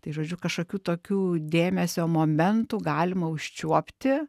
tai žodžiu kažkokių tokių dėmesio momentų galima užčiuopti